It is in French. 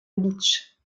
bitche